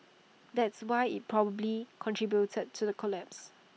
that's why IT probably contributed to the collapse